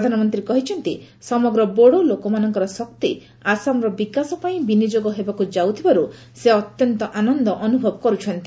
ପ୍ରଧାନମନ୍ତ୍ରୀ କହିଛନ୍ତି ସମଗ୍ର ବୋଡୋ ଲୋକମାନଙ୍କର ଶକ୍ତି ଆସାମର ବିକାଶ ପାଇଁ ବିନିଯୋଗ ହେବାକୁ ଯାଉଥିବାରୁ ସେ ଅତ୍ୟନ୍ତ ଆନନ୍ଦ ଅନୁଭବ କରୁଛନ୍ତି